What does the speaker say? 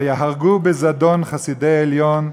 ויהרגו בזדון חסידי עליון.